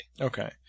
Okay